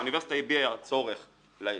האוניברסיטה הביעה צורך להתרחב,